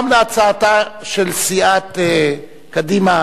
גם הצעתה של סיעת קדימה,